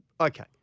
okay